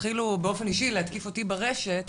התחילו באופן אישי להתקיף אותי ברשת,